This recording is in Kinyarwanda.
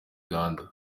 uganda